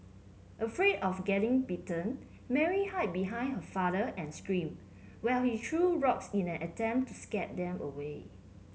afraid of getting bitten Mary hide behind her father and screamed while he threw rocks in an attempt to scare them away